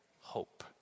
hope